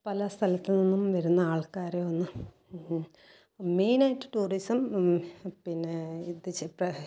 പല സ്ഥലത്തു നിന്നും വരുന്ന ആൾക്കാരെ ഒന്ന് മെയിനായിട്ട് ടൂറിസം പിന്നെ എത്തിച്ച്